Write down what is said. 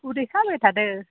उदै साबाय थादो